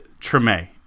Treme